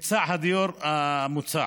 מהיצע הדיור המוצע.